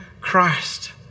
Christ